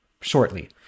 shortly